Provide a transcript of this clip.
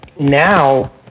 now